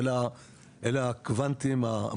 אלה הקוונטים, המחסניות.